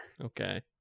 Okay